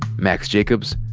max jacobs,